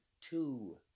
two